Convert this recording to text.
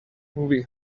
movie